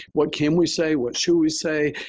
what can we say? what should we say?